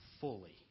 fully